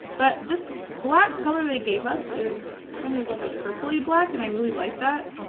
but this black color they gave us is kind of like a purpley black and i really like that,